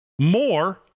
more